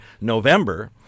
November